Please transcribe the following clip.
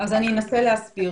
אז אני אנסה להסביר,